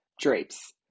drapes